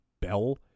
bell